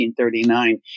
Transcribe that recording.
1939